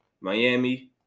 Miami